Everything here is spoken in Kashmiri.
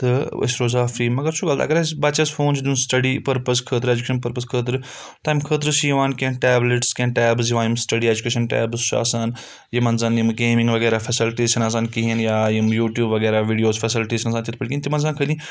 تہٕ أسۍ روزہَو فِرِی مگر چھُ غلط اگر أسۍ بَچَس فون چھِ دِیُن سٕٹَڈِی پٔرپٕز خٲطرٕ ایٚجوکَیشَن پٔرپٕز خٲطرٕ تَمہِ خٲطرٕ چھِ یِوان کینٛہہ ٹَیبلِٹٕس کینٛہہ ٹَیبٕز یِوان یِم سٕٹَڈِی ایٚجوکَیشَن ٹَیبٕز چھِ آسان یِمَن زَن یِم گَیمِنٛگ وغیرہ فَیسَلٹیٖز چھِنہٕ آسان کِہیٖنۍ یا یِم یوٗٹِیوٗب وغیرہ ویٖڈیووٕز فَیسَلٹیٖز چھِنہٕ آسان تِتھ پٲٹھۍ کِہیٖنۍ تِمَن زَن خٲلی